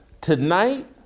tonight